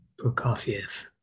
Prokofiev